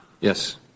Yes